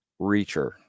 Reacher